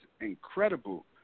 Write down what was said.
incredible